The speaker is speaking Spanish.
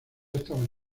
estaban